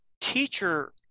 teacher